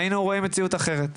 היינו רואים מציאות אחרת.